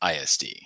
ISD